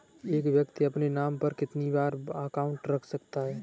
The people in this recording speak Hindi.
एक व्यक्ति अपने नाम पर कितने बैंक अकाउंट रख सकता है?